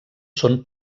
són